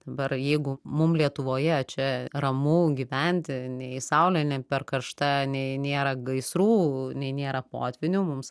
dabar jeigu mum lietuvoje čia ramu gyventi nei saulė ne per karšta nei nėra gaisrų nei nėra potvynių mums